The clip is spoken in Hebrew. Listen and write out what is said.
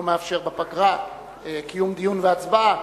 אינו מאפשר בפגרה קיום דיון והצבעה.